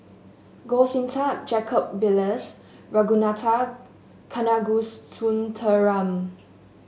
Goh Sin Tub Jacob Ballas Ragunathar Kanagasuntheram